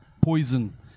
poison